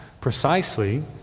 precisely